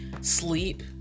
sleep